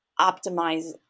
optimize